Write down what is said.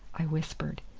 i whispered.